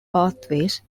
pathways